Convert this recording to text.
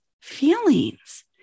Feelings